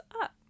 up